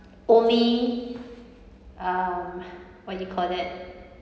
only um what you call that